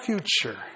future